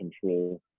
control